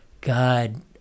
God